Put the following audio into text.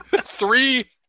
Three